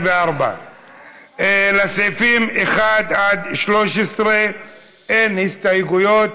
44). לסעיפים 1 13 אין הסתייגויות.